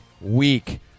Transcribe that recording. week